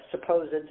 supposed